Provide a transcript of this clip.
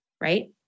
right